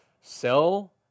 sell